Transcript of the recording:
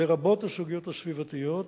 לרבות הסוגיות הסביבתיות,